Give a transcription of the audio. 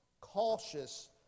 cautious